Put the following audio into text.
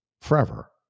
forever